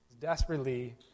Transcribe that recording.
desperately